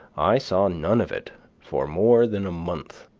i saw none of it for more than a month.